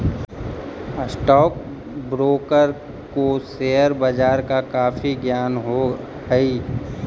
stock broker को share बाजार का काफी ज्ञान हो हई